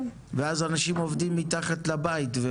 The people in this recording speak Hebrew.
ואז אנשים עובדים מתחת לבית.